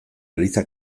eliza